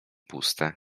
puste